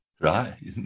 Right